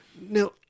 Now